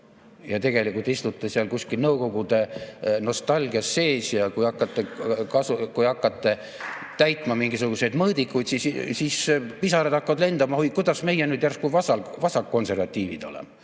Ja tegelikult istute seal kuskil Nõukogude nostalgias sees ja kui hakkate täitma mingisuguseid mõõdikuid, siis pisarad hakkavad lendama: oi, kuidas meie nüüd järsku vasakkonservatiivid oleme!?